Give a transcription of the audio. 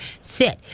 sit